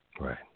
Right